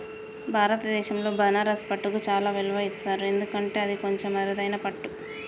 భారతదేశంలో బనారస్ పట్టుకు చాలా విలువ ఇస్తారు ఎందుకంటే అది కొంచెం అరుదైన పట్టు